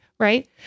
right